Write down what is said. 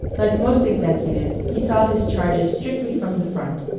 like most executives he saw his charges strictly from the front,